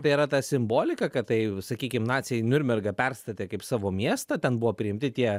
tai yra ta simbolika kad tai sakykim naciai niurnbergą perstatė kaip savo miestą ten buvo priimti tie